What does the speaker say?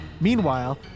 Meanwhile